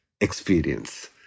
experience